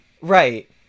Right